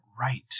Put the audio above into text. right